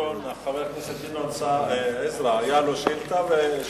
לחבר הכנסת גדעון עזרא היו שתי שאילתות.